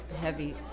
heavy